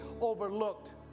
overlooked